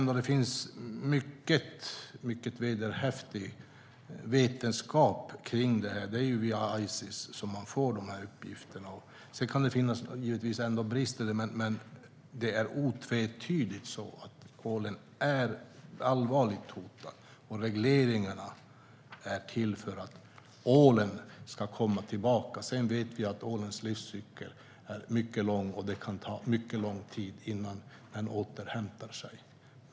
Det finns mycket vederhäftig vetenskap i dessa frågor. Uppgifterna kommer från Ices. Sedan kan givetvis brister ändå finnas, men det är otvetydigt så att ålen är allvarligt hotad. Regleringarna är till för att ålen ska komma tillbaka. Sedan vet vi att ålens livscykel är lång, och det kan ta mycket lång tid innan ålbeståndet återhämtar sig.